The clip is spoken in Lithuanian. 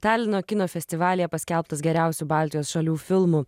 talino kino festivalyje paskelbtas geriausiu baltijos šalių filmu